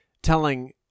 telling